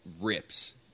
rips